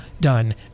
done